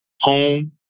home